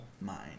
mind